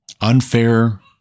unfair